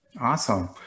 Awesome